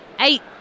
eight